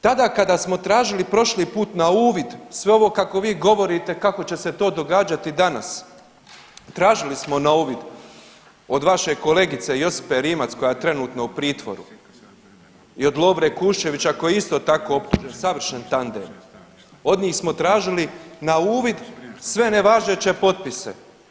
Tada kada smo tražili prošli put na uvid sve ovo kako vi govorite kako će se to događati danas, tražili smo na uvid od vaše kolegice Josipe Rimac koja je trenutno u pritvoru i od Lovre Kuščevića koji je isto tako optužen, savršen tandem, od njih smo tražili na uvid sve nevažeće potpise.